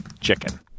chicken